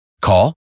Call